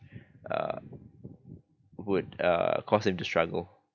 uh would uh cause him to struggle